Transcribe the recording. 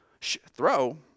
throw